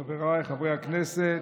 חבריי חברי הכנסת,